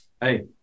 Hey